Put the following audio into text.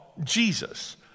Jesus